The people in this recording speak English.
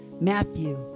Matthew